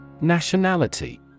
Nationality